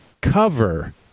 cover